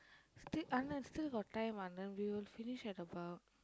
still Anand still got time Anand we will finish at about